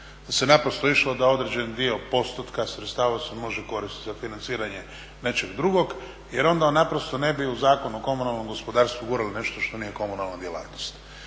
da se naprosto išlo da određeni dio postotka sredstava se može koristiti za financiranje nečeg drugog. Jer onda on naprosto ne bi u Zakon o komunalnom gospodarstvu gurali nešto što nije komunalna djelatnost.